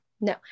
No